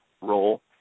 role